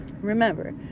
Remember